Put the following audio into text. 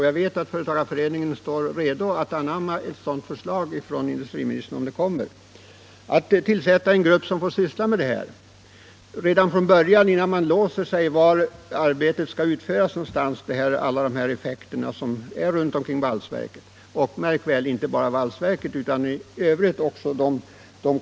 Jag vet att den är redo att åta sig en sådan uppgift om den får resurser från industriministern. Redan innan man låser sig för en viss projektering med valsverket, bör en grupp få undersöka de effekter som blir följden av planerna. Koncentrationen inom storföretagen i övrigt bör också tas upp.